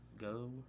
Go